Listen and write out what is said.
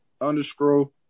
underscore